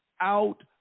out